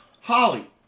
Holly